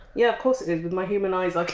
yeah course it is with my human eyes i